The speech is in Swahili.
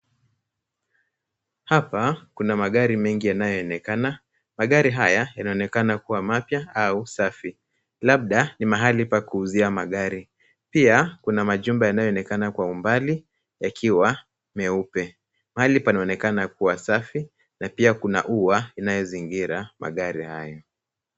Hapa kuna magari mengi yanayoonekana . Magari haya yanaonekana kuwa mapya au safi. Labda ni mahali pa kuuzia magari . Pia, kuna majumba yanayoonekana kwa umbali ,yakiwa meupe. Pahali panaonekana kuwa safi na pia kuna ua inayozingira magari haya .